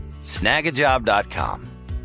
snagajob.com